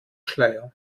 schleier